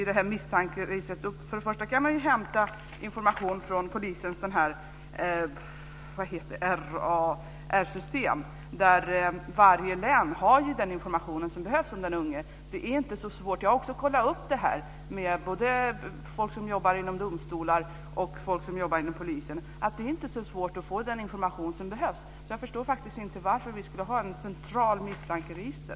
Det går att hämta information i polisens RAR-system, där varje län har den information som behövs om den unge. Det är inte så svårt. Jag har kollat med folk som jobbar inom domstolar och folk som jobbar inom polisen. Det är inte så svårt att få den information som behövs. Jag förstår faktiskt inte varför det ska vara ett centralt misstankeregister.